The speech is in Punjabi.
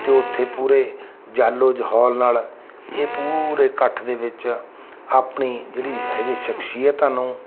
ਅਤੇ ਉੱਥੇ ਪੂਰੇ ਜਾਲੋ ਜਹੌਲ ਨਾਲ ਇਹ ਪੂਰੇ ਇਕੱਠ ਦੇ ਵਿੱਚ ਆਪਣੀ ਜਿਹੜੀ ਹੈਗੀ ਸ਼ਖਸੀਅਤਾਂ ਨੂੰ